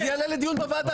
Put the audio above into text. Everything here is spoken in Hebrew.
אז זה יעלה לדיון בוועדה.